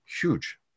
huge